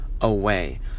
Away